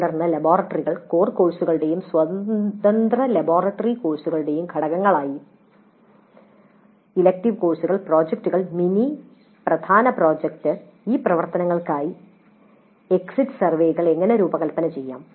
തുടർന്ന് ലബോറട്ടറികൾ കോർ കോഴ്സുകളുടെയും സ്വതന്ത്ര ലബോറട്ടറി കോഴ്സുകളുടെയും ഘടകങ്ങളായി ഇലക്ടീവ് കോഴ്സുകൾ പ്രോജക്ടുകൾ മിനി പ്രധാന പ്രൊജക്റ്റ് ഈ പ്രവർത്തനങ്ങൾക്കായി എക്സിറ്റ് സർവേകൾ എങ്ങനെ രൂപകൽപ്പന ചെയ്യാം